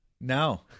No